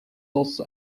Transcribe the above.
also